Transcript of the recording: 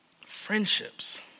friendships